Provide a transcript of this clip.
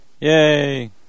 Yay